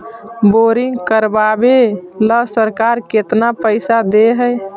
Boring करबाबे ल सरकार केतना पैसा दे है?